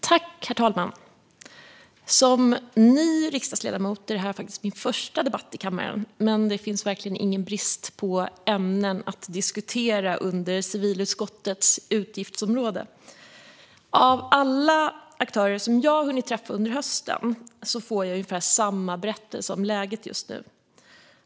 Herr talman! Som ny riksdagsledamot är detta faktiskt min första debatt i kammaren, men det råder verkligen ingen brist på ämnen att diskutera inom civilutskottets utgiftsområde. Av alla aktörer som jag har hunnit träffa under hösten får jag ungefär samma berättelse om läget just nu.